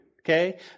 okay